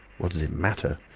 what does it matter?